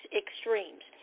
extremes